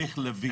איך להביא,